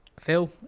Phil